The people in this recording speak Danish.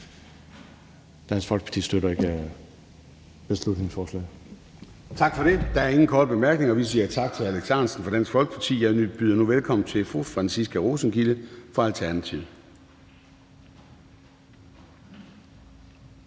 Dansk Folkeparti støtter ikke beslutningsforslaget. Kl. 21:24 Formanden (Søren Gade): Tak for det. Der er ingen korte bemærkninger. Vi siger tak til hr. Alex Ahrendtsen Dansk Folkeparti. Jeg byder nu velkommen til fru Franciska Rosenkilde fra Alternativet.